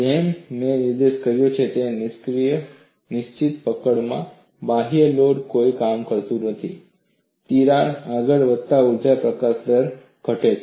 જેમ મેં નિર્દેશ કર્યો છે નિશ્ચિત પકડમાં બાહ્ય લોડ કોઈ કામ કરતું નથી તિરાડ આગળ વધતા ઊર્જા પ્રકાશન દર ઘટે છે